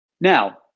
Now